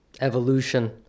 evolution